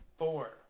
Four